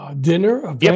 dinner